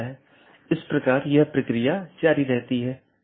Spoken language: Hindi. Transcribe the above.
इसलिए उद्देश्य यह है कि इस प्रकार के पारगमन ट्रैफिक को कम से कम किया जा सके